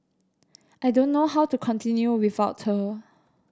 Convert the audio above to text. I don't know how to continue without her